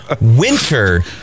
winter